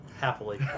happily